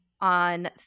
on